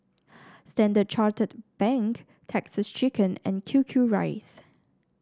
Standard Chartered Bank Texas Chicken and Q Q rice